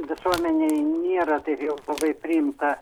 visuomenėj nėra taip jau labai priimta